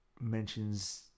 mentions